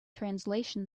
translation